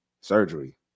surgery